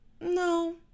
no